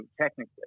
technically